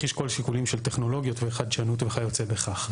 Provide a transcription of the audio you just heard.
לשקול שיקולים של טכנולוגיות וחדשנות וכיוצא בכך.